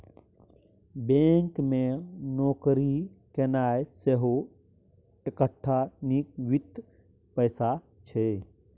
bank मे नौकरी केनाइ सेहो एकटा नीक वित्तीय पेशा छै